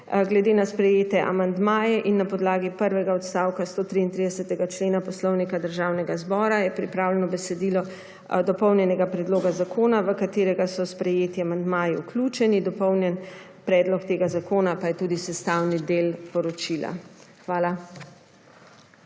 Glede na sprejete amandmaje je na podlagi prvega odstavka 133. člena Poslovnika Državnega zbora pripravljeno besedilo dopolnjenega predloga zakona v katerega so sprejeti amandmaji vključeni. Dopolnjen predlog zakona je sestavni del tega poročila. Hvala